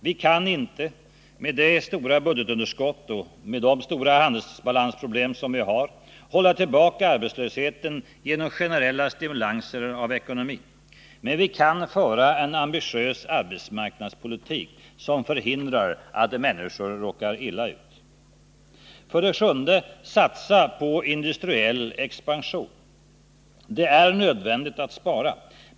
Vi kan inte — med det stora budgetunderskottet och handelsbalansproblemen — hålla tillbaka arbetslösheten genom generella stimulanser av ekonomin. Men vi kan föra en ambitiös arbetsmarknadspolitik som förhindrar att människor råkar illa ut. För det sjunde: Satsa på industriell expansion. Det är nödvändigt att spara.